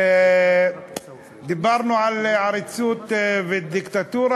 דיברנו על עריצות ודיקטטורה?